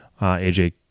AJ